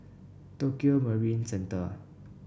Tokio Marine Centre